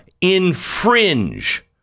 infringe